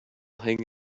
hang